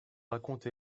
raconte